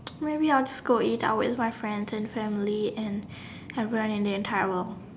maybe I'll just go eat out with my friends and family and everyone in the entire world